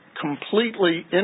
completely